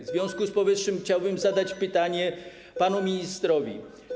W związku z powyższym chciałbym zadać pytanie panu ministrowi.